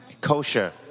Kosher